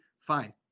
fine